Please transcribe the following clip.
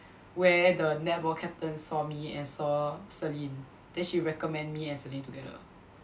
where the netball captain saw me and saw Celine then she recommend me and Celine together